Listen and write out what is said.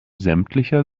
sämtlicher